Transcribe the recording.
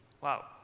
Wow